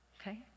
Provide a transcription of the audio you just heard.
Okay